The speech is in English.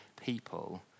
people